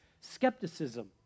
skepticism